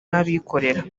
n’abikorera